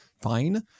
fine